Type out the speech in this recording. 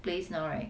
place now right